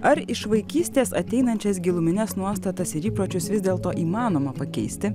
ar iš vaikystės ateinančias gilumines nuostatas ir įpročius vis dėlto įmanoma pakeisti